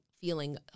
feeling